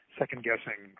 second-guessing